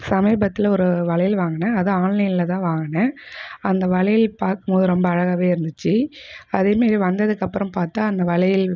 சமீபத்தில் ஒரு வளையல் வாங்னேன் அதை ஆன்லைனில் தான் வாங்கினேன் அந்த வளையல் பார்க்கும் போது ரொம்ப அழகாவேருந்துச்சு அதேமாரி வந்ததுக்கப்புறம் பார்த்தா அந்த வளையல்